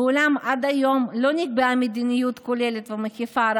אולם עד היום לא נקבעה מדיניות כוללת ומקיפה,